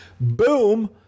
boom